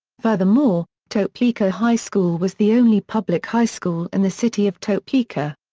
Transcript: furthermore, topeka high school was the only public high school in the city of topeka.